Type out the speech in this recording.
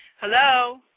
Hello